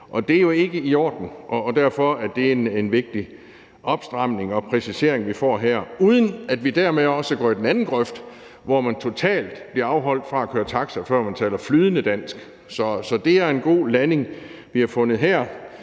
og det er jo ikke i orden. Derfor er det en vigtig opstramning og præcisering, vi får her, uden at vi dermed også går over i den anden grøft, hvor man totalt bliver afholdt fra at køre taxa, før man kan tale flydende dansk. Så det er et godt sted, vi er landet her.